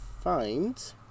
find